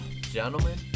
Gentlemen